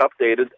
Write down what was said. updated